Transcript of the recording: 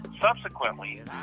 Subsequently